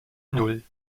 nan